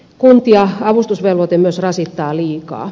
kuntia avustusvelvoite myös rasittaa liikaa